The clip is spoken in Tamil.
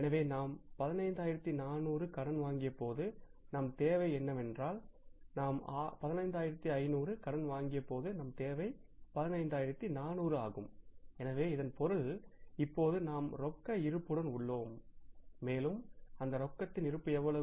எனவே நாம் 15400 கடன் வாங்கியபோது நம் தேவை என்னவென்றால் நம் தேவை 15400 ஆகும் எனவே இதன் பொருள் இப்போது நாம் ரொக்க இருப்புடன் உள்ளோம் மேலும் அந்த ரொக்கத்தின் இருப்பு எவ்வளவு